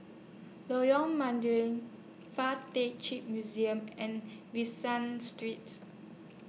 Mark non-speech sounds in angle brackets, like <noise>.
Lorong Mydin Fuk Tak Chi Museum and <unintelligible> San Streets